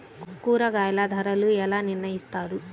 కూరగాయల ధరలు ఎలా నిర్ణయిస్తారు?